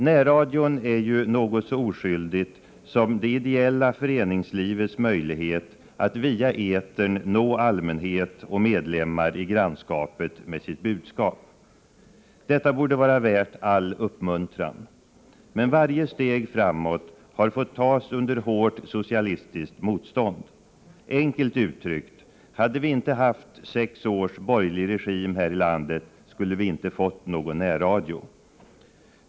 Närradion är ju något så oskyldigt som det ideella föreningslivets möjlighet att via etern nå allmänhet och medlemmar i grannskapet med sitt budskap. Detta borde vara värt all uppmuntran. Men varje steg framåt har fått tas under hårt socialistiskt motstånd. Enkelt uttryckt: Hade vi inte haft sex års borgerlig regim här i landet skulle vi inte ha fått någon närradio.